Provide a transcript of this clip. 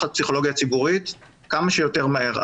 הפסיכולוגיה הציבורית כמה שיותר מהר.